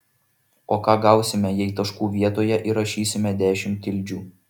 o ką gausime jei taškų vietoje įrašysime dešimt tildžių